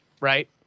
right